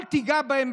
אל תיגע בהם,